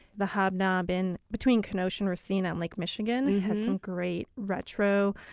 the hobnob, in between kenosha and racine on lake michigan, has some great retro,